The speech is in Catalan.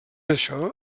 això